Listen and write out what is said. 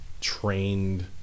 trained